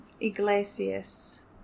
Iglesias